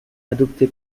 adopté